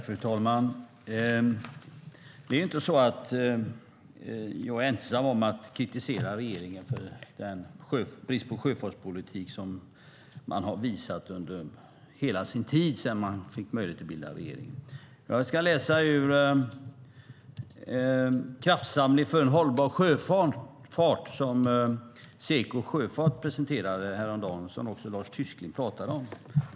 Fru talman! Det är inte så att jag är ensam om att kritisera regeringen för den brist på sjöfartspolitik som man har visat under hela den tid som gått sedan man fick möjlighet att bilda regering. Jag ska läsa ur Hållbar sjöfart - Handlingsplan för en konkurrenskraftig sjöfartsnäring som Seko sjöfart presenterade häromdagen och som också Lars Tysklind pratade om.